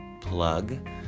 plug